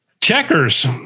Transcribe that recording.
Checkers